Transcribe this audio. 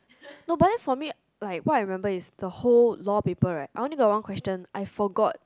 no but then for me like what I remember is the whole law paper right I only got one question I forgot